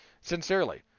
sincerely